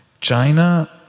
China